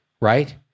right